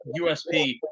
USP